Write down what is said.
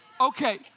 Okay